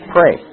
Pray